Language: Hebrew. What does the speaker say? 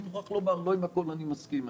אני מוכרח לומר: לא עם הכול אני מסכים.